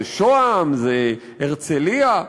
זה שוהם, זו הרצלייה,